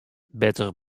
better